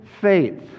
faith